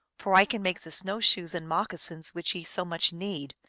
for i can make the snow-shoes and moccasins which ye so much need,